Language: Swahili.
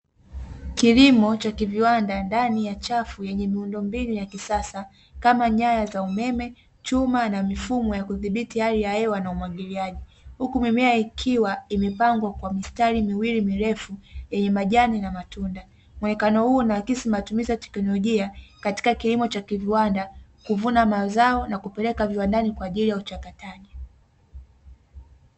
Kilimo cha kiviwanda ndani ya chafu yenye miundombinu ya kisasa kama nyaya ya umeme, chuma na mifumo ya kuthibithi hali ya hewa na umwagiliaji, huku mimea ikiwa imepangwa kwa mistari miwili mirefu yenye majani na matunda. Muonekano huu una akisi matumizi ya teknolojia, katika kilimo cha kiviwanda, kuvuna mazao na kupeleka viwandani kwa ajili ya uchakataji.